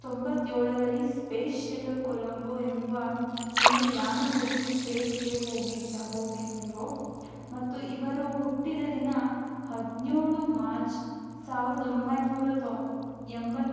ತೊಂಬತ್ತೇಳರಲ್ಲಿ space shuttle Columbia ಎಂಬ ಒಂದು ಯಾನದಲ್ಲಿ ಸ್ಪೇಸ್ಗೆ ಹೋಗಿದ್ದ ಹೋಗಿದ್ದರು ಮತ್ತು ಇವರು ಹುಟ್ಟಿದ ದಿನ ಹದಿನೇಳು ಮಾರ್ಚ್ ಸಾವಿರದ ಒಂಬೈನೂರ ತೊ ಎಂಬತ್ತು